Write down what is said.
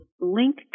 link